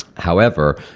however,